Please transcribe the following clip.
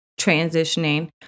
transitioning